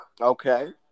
Okay